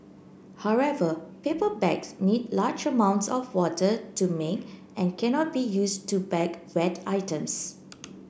however paper bags need large amounts of water to make and cannot be used to bag wet items